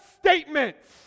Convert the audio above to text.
statements